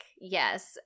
Yes